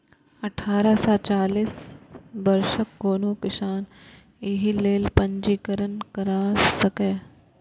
अठारह सं चालीस वर्षक कोनो किसान एहि लेल पंजीकरण करा सकैए